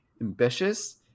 ambitious